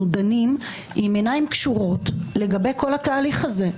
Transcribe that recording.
דנים עם עיניים קשורות לגבי כל התהליך הזה?